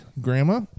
grandma